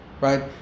right